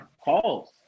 calls